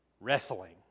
wrestling